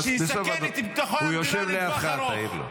הוא יושב לידך, תעיר לו.